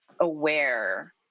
aware